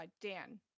Dan